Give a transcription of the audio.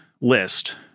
list